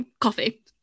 coffee